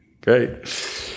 Great